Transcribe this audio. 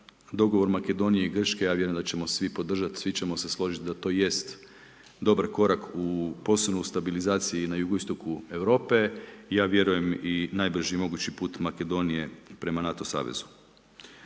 Dogovor Makedonije i Grčke ja vjerujemo da ćemo svi podržat svi ćemo se složiti da to jest dobar korak u, posebno u stabilizaciji na jugoistoku Europe, ja vjerujem i najbrži mogući put Makedonije prema NATO savezu.